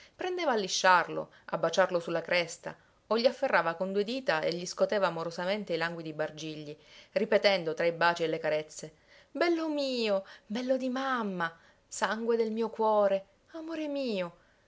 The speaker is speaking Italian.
prendeva a lisciarlo a baciarlo su la cresta o gli afferrava con due dita e gli scoteva amorosamente i languidi bargigli ripetendo tra i baci e le carezze bello mio bello di mamma sangue del mio cuore amore mio